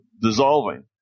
dissolving